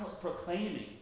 proclaiming